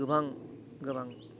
गोबां गोबां